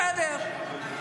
בסדר.